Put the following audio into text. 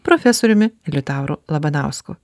profesoriumi liutauru labanausku